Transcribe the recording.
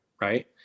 Right